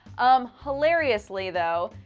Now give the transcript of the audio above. um, hilariously though,